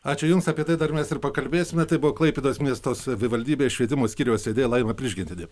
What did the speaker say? ačiū jums apie tai dar mes ir pakalbėsime tai buvo klaipėdos miesto savivaldybės švietimo skyriaus vedėja laima prižgintienė